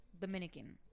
Dominican